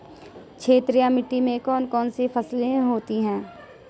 क्षारीय मिट्टी में कौन कौन सी फसलें होती हैं?